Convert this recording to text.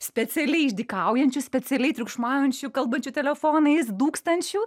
specialiai išdykaujančių specialiai triukšmaujančių kalbančių telefonais dūkstančių